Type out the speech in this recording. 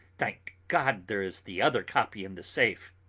thank god there is the other copy in the safe!